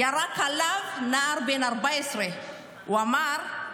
ירק עליו נער בן 14. הוא אמר: